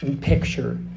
picture